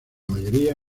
mayoría